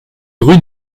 rue